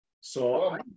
So-